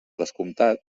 descomptat